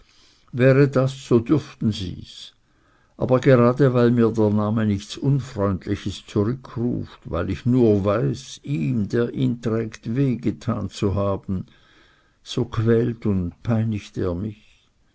wäre das so dürften sie's aber gerade weil mir der name nichts unfreundliches zurückruft weil ich nur weiß ihm der ihn trägt wehe getan zu haben so quält und peinigt er mich